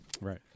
Right